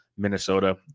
Minnesota